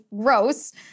gross